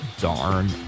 darn